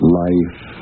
life